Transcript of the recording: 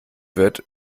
wird